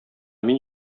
мин